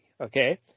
Okay